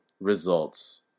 results